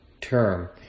term